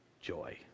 Joy